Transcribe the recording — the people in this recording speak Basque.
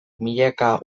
milaka